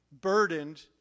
burdened